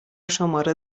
شماره